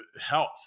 health